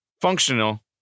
functional